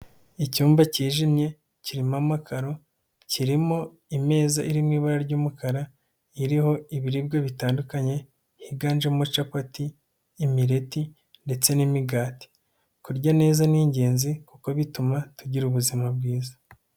Icyumba cyijimye kirimo amakaro, kirimo imeza iri mu ibara ry'umukara, iriho ibiribwa bitandukanye higanjemo capati, imileti, ndetse n'imigati, kurya neza ni ingenzi kuko bituma tugira ubuzima bwiza.